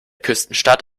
küstenstadt